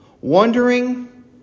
wondering